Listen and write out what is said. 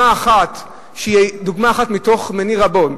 שהיא דוגמה אחת מני רבות,